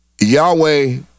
Yahweh